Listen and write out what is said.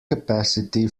capacity